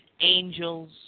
angels